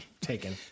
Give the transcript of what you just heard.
taken